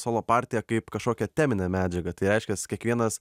solo partiją kaip kažkokią teminę medžiagą tai reiškias kiekvienas